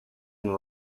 and